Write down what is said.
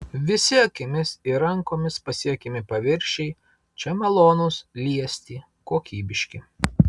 visi akimis ir rankomis pasiekiami paviršiai čia malonūs liesti kokybiški